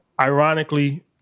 ironically